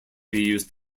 used